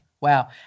Wow